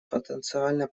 потенциально